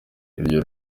iryo